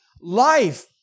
life